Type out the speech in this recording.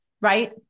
Right